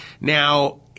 Now